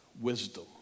wisdom